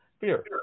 Fear